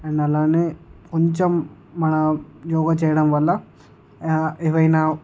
and అలానే కొంచెం మన యోగా చెయ్యడం వల్ల యా ఏవైనా